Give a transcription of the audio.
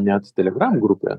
net telegram grupė